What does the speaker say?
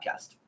podcast